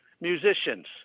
musicians